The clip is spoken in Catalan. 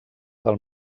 del